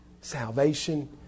salvation